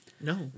No